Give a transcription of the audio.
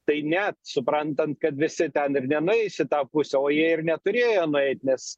tai net suprantant kad visi ten ir nenueis į tą pusę o jie ir neturėjo nueit nes